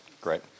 great